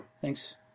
Thanks